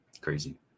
Crazy